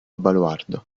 baluardo